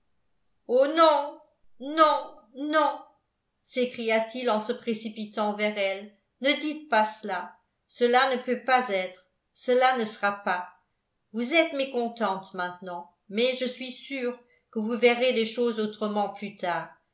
oh non non non s'écria-t-il en se précipitant vers elle ne dites pas cela cela ne peut pas être cela ne sera pas vous êtes mécontente maintenant mais je suis sûr que vous verrez les choses autrement plus tard